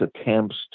attempts